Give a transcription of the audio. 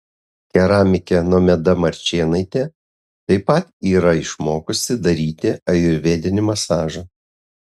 keramikė nomeda marčėnaitė taip pat yra išmokusi daryti ajurvedinį masažą